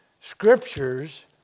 scriptures